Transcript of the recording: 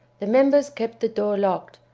the members kept the door locked,